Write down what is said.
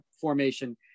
formation